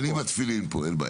אני עם התפילין פה, אין בעיה.